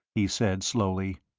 he said, slowly.